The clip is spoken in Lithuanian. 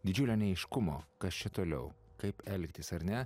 didžiulio neaiškumo kas čia toliau kaip elgtis ar ne